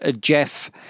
Jeff